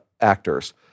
actors